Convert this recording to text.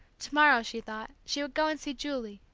to-morrow, she thought, she would go and see julie.